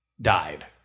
died